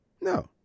No